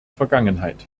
vergangenheit